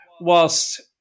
whilst